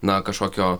na kažkokio